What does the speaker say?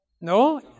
No